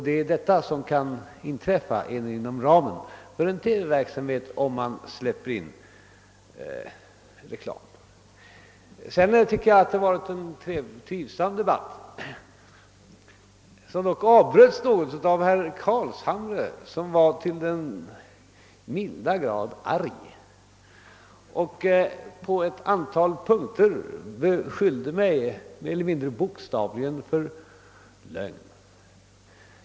Det är detta som kan inträffa inom ramen för en TV-verksamhet om man släpper fram reklam. Jag tycker att detta varit en trivsam debatt, som dock avbröts något av herr Carlshamre som var till den milda grad arg och på ett antal punkter beskyllde mig mer eller mindre bokstavligen för lögn.